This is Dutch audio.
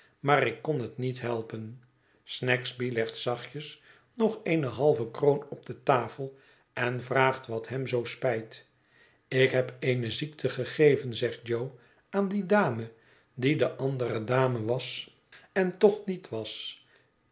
maar ik kon het niet helpen snagsby legt zachtjes nog eene halve kroon op de tafel en vraagt wat hem zoo spijt ik heb eene ziekte gegeven zegt jo aan die dame die de andere dame was en toch de kar